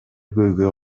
көйгөй